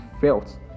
felt